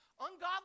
Ungodly